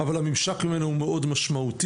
אבל הממשק ממנו הוא מאד משמעותי.